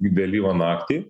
vėlyvą naktį